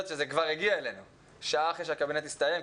שזה הגיע אלינו שעה אחרי שהקבינט הסתיים,